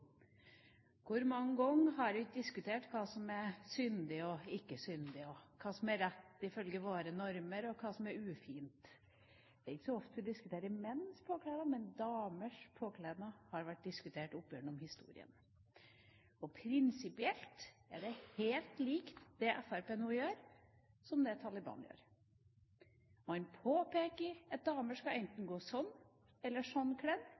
Hvor mange ganger har vi ikke diskutert hva som er syndig og ikke syndig, hva som er rett ifølge våre normer, og hva som er ufint? Det er ikke så ofte vi diskuterer menns påkledning, men damers påkledning har vært diskutert opp gjennom historien. Prinsipielt er det helt likt, det Fremskrittspartiet nå gjør, og det Taliban gjør: Man påpeker at damer enten skal gå sånn eller